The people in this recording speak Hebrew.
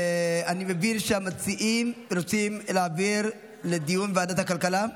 אני מבין שהמציעים רוצים להעביר לדיון ועדת הכלכלה.